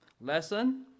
lesson